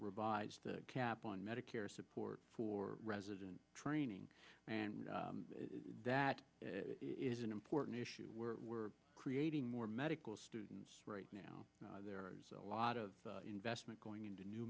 revise the cap on medicare support for resident training and that is an important issue where we're creating more medical students right now there are a lot of investment going into new